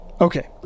Okay